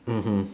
mmhmm